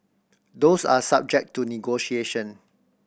those are subject to negotiation